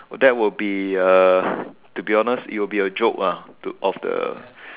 that would be uh to be honest it would be a joke ah to of the